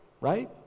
right